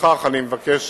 לפיכך אני מבקש,